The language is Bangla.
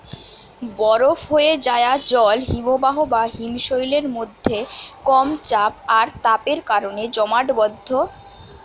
বরফ হোয়ে যায়া জল হিমবাহ বা হিমশৈলের মধ্যে কম চাপ আর তাপের কারণে জমাটবদ্ধ অবস্থায় থাকে